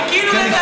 חיכינו לזה.